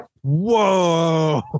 Whoa